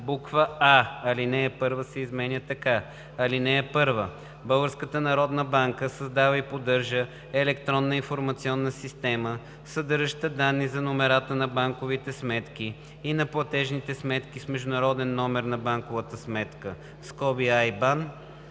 56а: а) алинея 1 се изменя така: „(1) Българската народна банка създава и поддържа електронна информационна система, съдържаща данни за номерата на банковите сметки и на платежните сметки с международен номер на банкова сметка (IBAN), водени